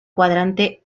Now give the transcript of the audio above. cuadrante